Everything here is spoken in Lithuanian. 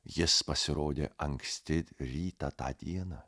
jis pasirodė anksti rytą tą dieną